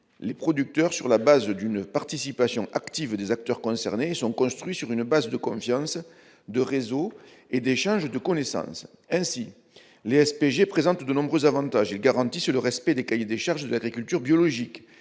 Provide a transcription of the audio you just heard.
les producteurs sur la base d'une participation active des acteurs concernés et sont construits sur une base de confiance, de réseaux et d'échanges de connaissances ». Ainsi, les SPG présentent de nombreux avantages : ils garantissent le respect des cahiers des charges de l'agriculture biologique